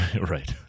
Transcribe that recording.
right